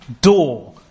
door